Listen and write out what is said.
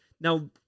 Now